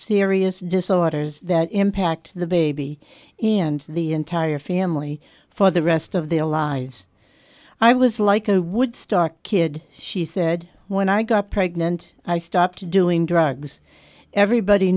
serious disorders that impact the baby and the entire family for the rest of their lives i was like oh woodstock kid she said when i got pregnant i stopped doing drugs everybody